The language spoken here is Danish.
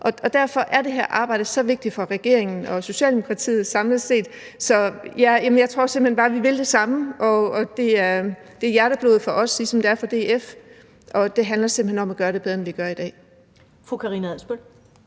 Derfor er det her arbejde så vigtigt for regeringen og Socialdemokratiet samlet set, og jeg tror simpelt hen bare, vi vil det samme. Det er hjerteblod for os, ligesom det er for DF, og det handler simpelt hen om at gøre det bedre, end vi gør i dag.